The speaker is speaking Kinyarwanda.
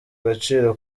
gaciro